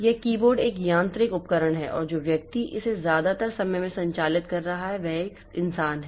यह कीबोर्ड एक यांत्रिक उपकरण है और जो व्यक्ति इसे ज्यादातर समय में संचालित कर रहा है वह एक इंसान है